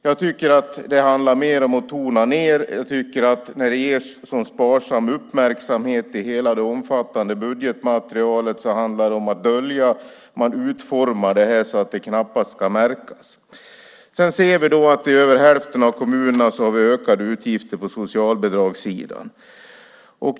Jag tycker att det är att tona ned detta. När det ägnas sådan sparsam uppmärksamhet i hela det omfattande budgetmaterialet handlar det om att dölja det, om att utforma det så att det knappast ska märkas. I över hälften av kommunerna har vi ökade utgifter på socialbidragssidan.